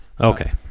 Okay